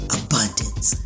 abundance